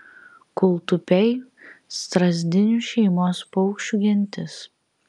kūltupiai strazdinių šeimos paukščių gentis